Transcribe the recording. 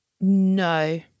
No